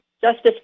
Justice